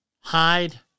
hide